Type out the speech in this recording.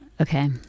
Okay